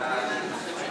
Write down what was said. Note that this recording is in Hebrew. חוק